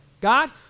God